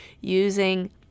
using